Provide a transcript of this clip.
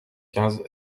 quinze